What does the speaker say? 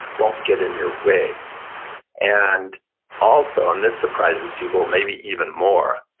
won't get in your way and also, and this surprises people maybe even more,